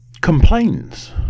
complains